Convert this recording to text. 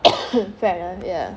fair enough ya